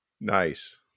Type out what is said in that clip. nice